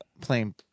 playing